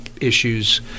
issues